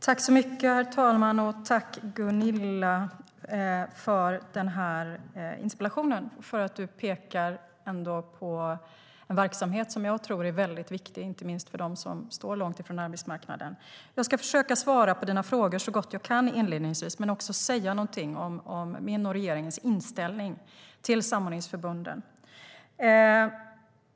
Herr talman! Jag vill tacka dig för interpellationen, Gunilla. Du pekar på en verksamhet som jag tror är väldigt viktig, inte minst för dem som står långt ifrån arbetsmarknaden. Jag ska inledningsvis försöka svara på dina frågor så gott jag kan och också säga något om min och regeringens inställning till samordningsförbunden.